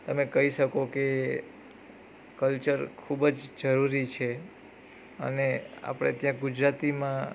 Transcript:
તમે કહી શકો કે કલ્ચર ખૂબ જ જરૂરી છે અને આપણે ત્યાં ગુજરાતીમાં